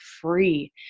free